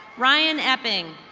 ryan ebbing.